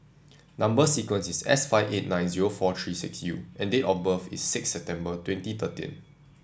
number sequence is S five eight nine zero four three six U and date of birth is six September twenty thirteen